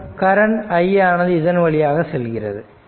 மற்றும் current i ஆனது இதன் வழியாக செல்கிறது